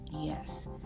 Yes